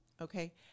Okay